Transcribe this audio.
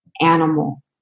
animal